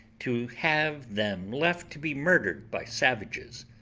to have them left to be murdered by savages,